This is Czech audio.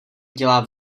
dělá